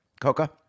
Coca